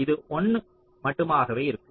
இது 1 மட்டுமாகவே இருக்கும்